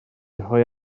rhoi